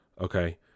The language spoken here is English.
okay